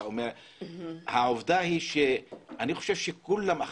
אני חושב שכולם אחראים.